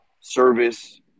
service